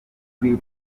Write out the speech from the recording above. kuri